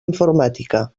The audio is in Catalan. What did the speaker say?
informàtica